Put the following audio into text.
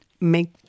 make